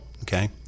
Okay